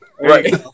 Right